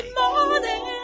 morning